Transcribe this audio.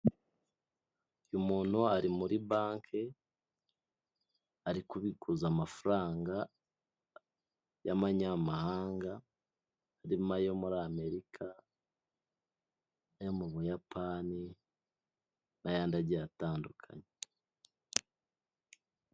Urumodoka runini rurimo ruragenda, ruhetse uruntu inyuma runini rumeze nk'aho hajyamo amazi, ibiti biri inyuma, na kaburimbo ihari.